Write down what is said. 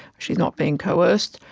she is not being coerced,